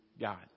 God